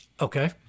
Okay